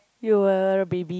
you were a baby